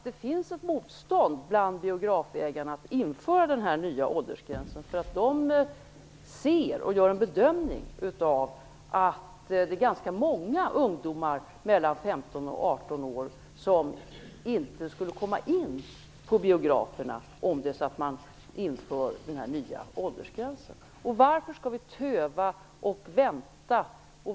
Det finns ett motstånd bland biografägarna när det gäller att införa den nya åldersgränsen. De bedömer att ganska många ungdomar mellan 15 och 18 år inte skulle komma in på biograferna om den nya åldersgränsen införs. Varför skall vi töva och vänta?